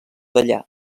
dellà